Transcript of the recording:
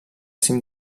cim